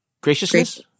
graciousness